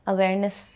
Awareness